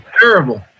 terrible